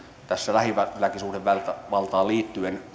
lähisuhdeväkivaltaan liittyen